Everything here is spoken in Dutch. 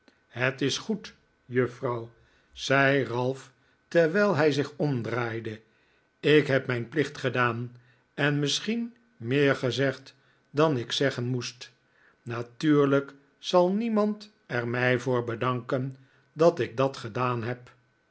het is goed juffrouw zei ralph terwijl hij zich omdraaide ik heb mijn plicht gedaan en misschien meer gezegd dan ik zeggen moest natuurlijk zal niemand er mij voor bedanken dat ik dat gedaan heb